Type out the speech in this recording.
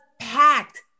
packed